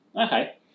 Okay